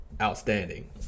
Outstanding